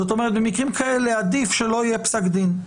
זאת אומרת, במקרים כאלה עדיף שלא יהיה פסק דין.